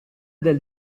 del